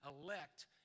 elect